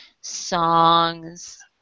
songs